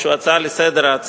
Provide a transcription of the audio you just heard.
שהוא ההצעה לסדר-היום,